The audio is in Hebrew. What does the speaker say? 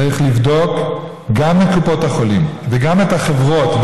צריך לבדוק גם את קופות החולים וגם את החברות,